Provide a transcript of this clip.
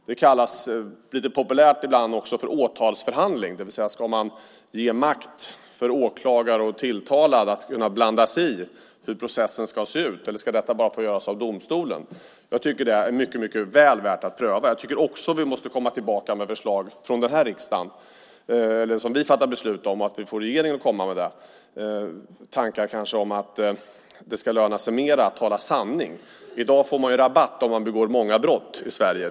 Det kallas lite populärt ibland också för åtalsförhandling, det vill säga: Ska man ge makt åt åklagare och tilltalade att kunna blanda sig i hur processen ska se ut, eller ska detta bara få göras av domstolen? Jag tycker att det är väl värt att pröva. Jag tycker också att vi måste få regeringen att komma tillbaka med förslag, som vi i riksdagen fattar beslut om. Det handlar kanske om tankar om att det ska löna sig mer att tala sanning. I dag får man ju rabatt om man begår många brott i Sverige.